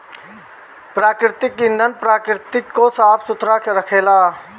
प्राकृतिक ईंधन प्रकृति के साफ सुथरा रखेला